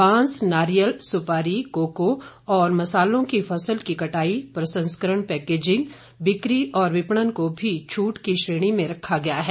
बांस नारियल सुपारी कोको और मसालों की फसलों की कटाई प्रसंस्करण पैकेजिंग बिक्री और विपणन को भी छूट की श्रेणी में रखा गया है